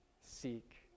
seek